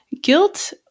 guilt